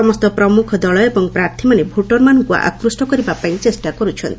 ସମସ୍ତ ପ୍ରମୁଖ ଦଳ ଏବଂ ପ୍ରାର୍ଥମାନେ ଭୋଟରଙ୍କ ଆକୃଷ୍ଣ କରିବା ପାଇଁ ଚେଷ୍ଟା କର୍ରଚ୍ଚନ୍ତି